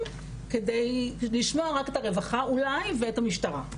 כדי לשמוע רק את הרווחה אולי ואת המשטרה,